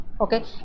okay